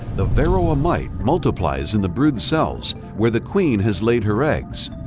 the varroa mite multiplies in the brood cells where the queen has laid her eggs.